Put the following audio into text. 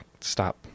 Stop